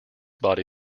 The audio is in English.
body